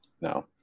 No